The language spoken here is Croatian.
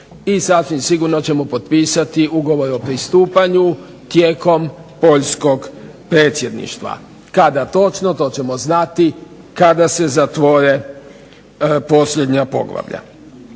i sasvim sigurno ćemo potpisati ugovor o pristupanju tijekom Poljskog predsjedništva. Kada točno, to ćemo znati kada se zatvore posljednja poglavlja.